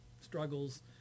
struggles